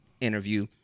interview